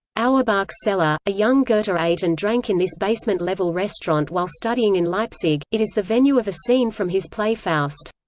auerbach's cellar a young goethe ate and drank in this basement-level restaurant while studying in leipzig it is the venue of a scene from his play faust.